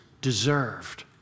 deserved